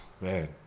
man